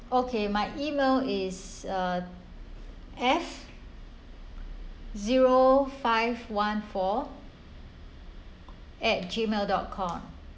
okay my email is uh F zero five one four at gmail dot com